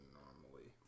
normally